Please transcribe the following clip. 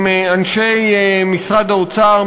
עם אנשי משרד האוצר,